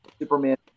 Superman